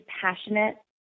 passionate